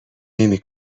نمی